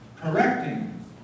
correcting